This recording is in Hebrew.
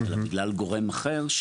אלא בגלל גורם אחר.